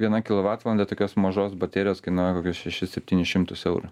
viena kilovatvalandė tokios mažos baterijos kainuoja kokius šešis septynis šimtus eurų